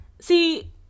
See